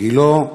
בגילה,